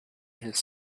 his